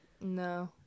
No